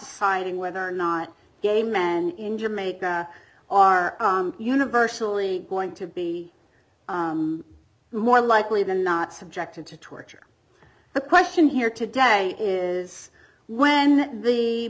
signing whether or not gay men in jamaica are universally going to be more likely than not subjected to torture the question here today is when